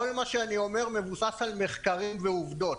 כל מה שאני אומר מבוסס על מחקרים ועובדות.